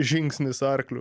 žingsnis arkliu